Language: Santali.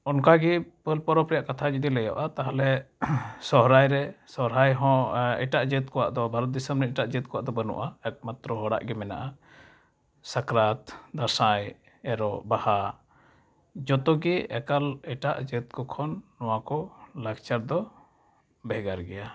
ᱚᱱᱠᱟᱜᱮ ᱯᱟᱹᱞᱼᱯᱚᱨᱚᱵᱽ ᱨᱮᱭᱟᱜ ᱠᱟᱛᱷᱟ ᱡᱚᱫᱤ ᱞᱟᱹᱭᱟᱹᱜᱼᱟ ᱛᱟᱦᱞᱮ ᱥᱚᱦᱨᱟᱭᱨᱮ ᱥᱚᱨᱦᱟᱭᱦᱚᱸ ᱮᱴᱟᱜ ᱡᱟᱹᱛ ᱠᱚᱣᱟᱜᱫᱚ ᱵᱷᱟᱨᱚᱛ ᱫᱤᱥᱚᱢᱨᱮᱱ ᱮᱴᱟᱜ ᱡᱟᱹᱛ ᱠᱚᱣᱟᱜᱫᱚ ᱵᱟᱹᱱᱩᱜᱼᱟ ᱮᱠᱢᱟᱛᱨᱚ ᱦᱚᱲᱟᱜ ᱜᱮ ᱢᱮᱱᱟᱜᱼᱟ ᱥᱟᱠᱨᱟᱛ ᱫᱟᱥᱟᱸᱭ ᱮᱨᱚᱜ ᱵᱟᱦᱟ ᱡᱚᱛᱚᱜᱮ ᱮᱠᱟᱞ ᱮᱴᱟᱜ ᱡᱟᱹᱛᱠᱚ ᱠᱷᱚᱱ ᱱᱚᱣᱟᱠᱚ ᱞᱟᱠᱪᱟᱨᱫᱚ ᱵᱷᱮᱜᱟᱨ ᱜᱮᱭᱟ